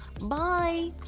bye